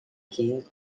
king